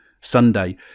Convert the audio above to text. Sunday